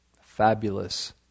fabulous